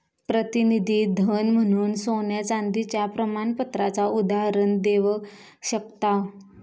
प्रतिनिधी धन म्हणून सोन्या चांदीच्या प्रमाणपत्राचा उदाहरण देव शकताव